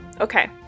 Okay